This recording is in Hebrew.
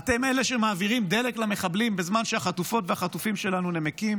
אתם אלה שמעבירים דלק למחבלים בזמן שהחטופות והחטופים שלנו נמקים